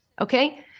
Okay